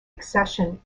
accession